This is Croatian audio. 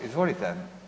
Izvolite.